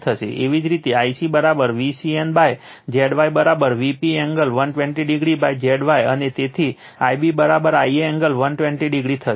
એવી જ રીતે Ic Vcn ZY Vp angle 120o ZY અને તેથી Ib Ia એંગલ 120o થશે